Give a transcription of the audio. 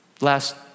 last